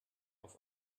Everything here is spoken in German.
auf